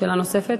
שאלה נוספת.